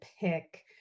pick